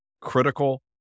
critical